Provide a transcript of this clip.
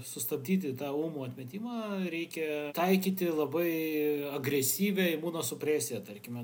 sustabdyti tą ūmų atmetimą reikia taikyti labai agresyvią imunosupresiją tarkime